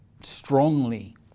strongly